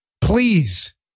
please